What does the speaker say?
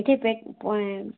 ମିଠେଇ ପ୍ୟାକ୍